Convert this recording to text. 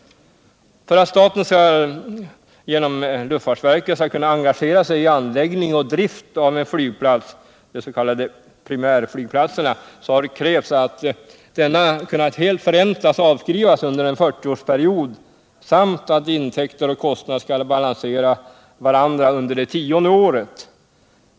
För att staten genom luftfartsverket skall kunna engagera sig i anläggning och drift av en flygplats, s.k. primärflygplats, har krävts att denna kunnat helt förräntas och avskrivas under en 40-årsperiod samt att intäkter och kostnader skall balansera varandra under det tionde året.